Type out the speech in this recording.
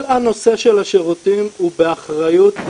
כל הנושא של השירותים הוא באחריות,